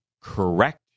correct